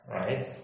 right